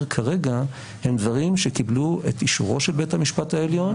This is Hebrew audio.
כרגע הם דברים שקיבלו את אישורו של בית המשפט העליון,